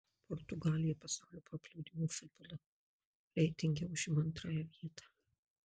portugalija pasaulio paplūdimio futbolo reitinge užima antrąją vietą